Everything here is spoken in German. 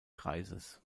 kreises